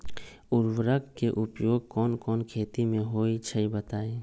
उर्वरक के उपयोग कौन कौन खेती मे होई छई बताई?